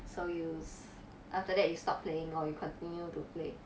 so you s~ after that you stop playing or you continue to play